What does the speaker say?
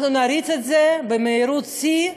אנחנו נריץ את זה במהירות שיא,